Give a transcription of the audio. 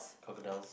crocodiles